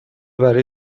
برای